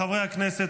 חברי הכנסת,